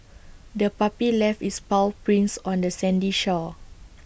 the puppy left its paw prints on the sandy shore